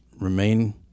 remain